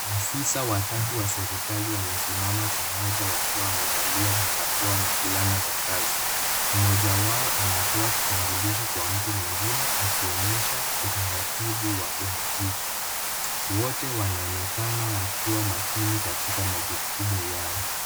Maafisa watatu wa serikali wamesimama pamoja wakiwa wamevalia barakoa na fulana za kazi. Mmoja wao anatoa kitambulisho kwa mtu mwingine akionyesha utaratibu wa uhakiki. Wote wanaonekana wakiwa makini katika majukumu yao.